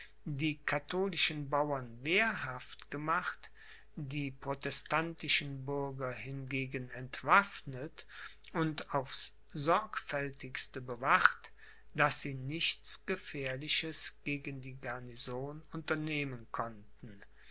die katholischen bauern wehrhaft gemacht die protestantischen bürger hingegen entwaffnet und aufs sorgfältigste bewacht daß sie nichts gefährliches gegen die garnison unternehmen konnten